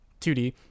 2D